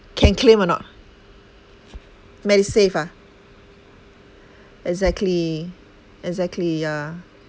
can claim or not medisave ah exactly exactly yeah